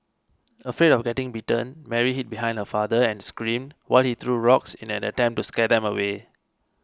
afraid of getting bitten Mary hid behind her father and screamed while he threw rocks in an attempt to scare them away